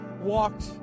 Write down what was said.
walked